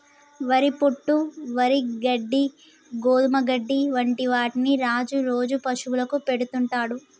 వరి పొట్టు, వరి గడ్డి, గోధుమ గడ్డి వంటి వాటిని రాజు రోజు పశువులకు పెడుతుంటాడు